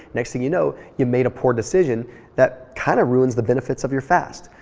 next thing you know, you made a poor decision that kind of ruins the benefits of your fast.